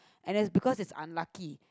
and that is because is unlucky